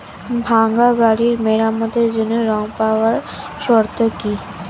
ভাঙ্গা বাড়ি মেরামতের জন্য ঋণ পাওয়ার শর্ত কি?